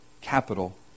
capital